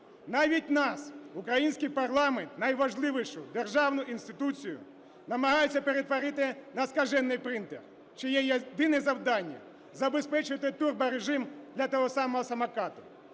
Навіть нас, український парламент, найважливішу державну інституцію, намагаються перетворити на "скажений принтер", чиє єдине завдання – забезпечити турборежим для того самого самоката.